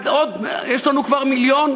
יש לנו כבר מיליון,